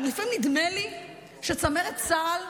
לפעמים נדמה לי שצמרת צה"ל,